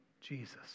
Jesus